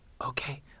okay